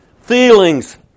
feelings